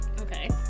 Okay